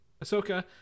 Ahsoka